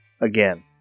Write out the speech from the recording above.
again